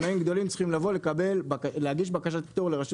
קמעונאים גדולים צריכים לבוא להגיש בקשת פטור לרשות